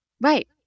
right